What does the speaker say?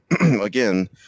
again